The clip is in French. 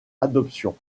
adoption